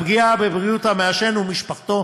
לפגיעה בבריאות המעשן ומשפחתו